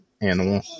animal